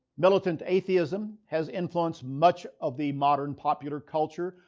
militant atheism has influenced much of the modern popular culture,